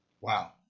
Wow